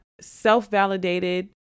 self-validated